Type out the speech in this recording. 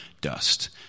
dust